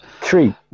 Three